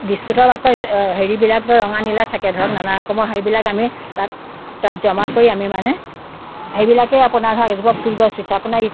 বিস্কুটৰ এইবোৰ হেৰিবিলাক ধৰ ৰঙা নীলা থাকে ধৰক নানা ৰকমৰ হেৰিবিলাক আমি তাত তাত জমা কৰি আমি মানে সেইবিলাকেই আপোনাৰ ধৰক এজোপা ফুল গছ আপোনাৰ ইটা